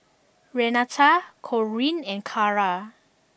Renata Corinne and Cara